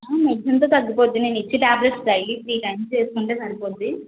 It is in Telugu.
మెడిషన్తో తగ్గిపోద్ది నేను ఇచ్చే టాబ్లెట్స్ డైలీ త్రీ టైమ్స్ వేసుకుంటే సరిపోద్ది